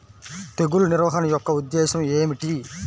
తెగులు నిర్వహణ యొక్క ఉద్దేశం ఏమిటి?